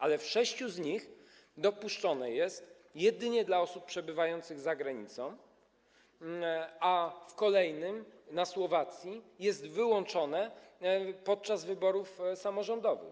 Ale w sześciu z nich dopuszczone jest jedynie dla osób przebywających za granicą, a w kolejnym, na Słowacji, jest w ogóle wyłączone podczas wyborów samorządowych.